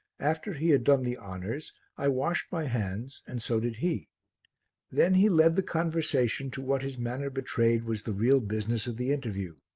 after he had done the honours i washed my hands and so did he then he led the conversation to what his manner betrayed was the real business of the interview.